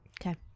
okay